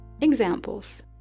Examples